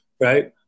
right